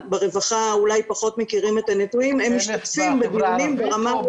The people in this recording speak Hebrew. ברווחה אולי פחות מכירים את הנתונים,